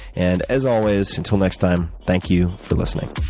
and, as always, until next time, thank you for listening